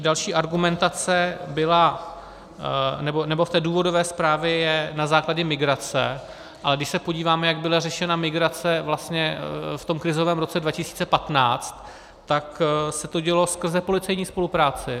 Další argumentace byla, v té důvodové zprávě je, na základě migrace, ale když se podíváme, jak byla řešena migrace v tom krizovém roce 2015, tak se to dělo skrze policejní spolupráci.